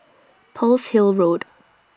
Pearl's Hill Road